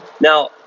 Now